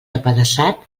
apedaçat